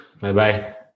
Bye-bye